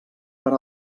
per